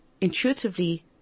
intuitively